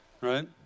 Right